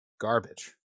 Garbage